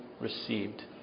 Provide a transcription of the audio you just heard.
received